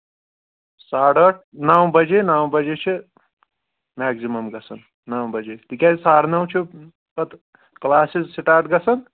ساڑٕ ٲٹھ نَو بَجے نَو بَجے چھِ مٮ۪کزِمَم گژھان نَو بَجے تِکیٛازِ ساڑٕ نَو چھُ پَتہٕ کٕلاسز سٹاٹ گژھان